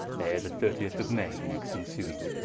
ere the thirtieth of may next ensuing.